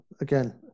Again